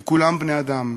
כי כולם בני-אדם,